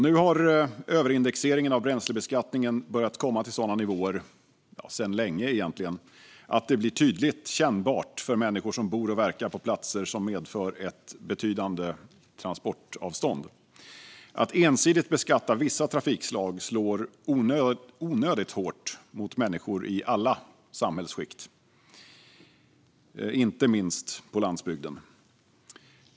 Nu har överindexeringen av bränslebeskattningen sedan länge börjat nå sådana nivåer att det blir tydligt kännbart för människor som bor och verkar på platser som medför ett betydande transportavstånd. Att ensidigt beskatta vissa trafikslag slår onödigt hårt mot människor i alla samhällsskikt, inte minst på landsbygden.